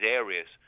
areas